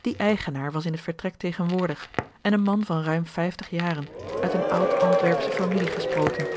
die eigenaar was in het vertrek tegenwoordig en een man van ruim vijftig jaren uit eene oud antwerpsche familie gesproten